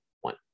one